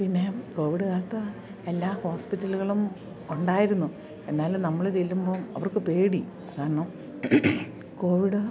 പിന്നെ കോവിഡ് കാലത്ത് എല്ലാ ഹോസ്പിറ്റലുകളും ഉണ്ടായിരുന്നു എന്നാലും നമ്മൾ ചെല്ലുമ്പം അവർക്ക് പേടി കാരണം കോവിഡ്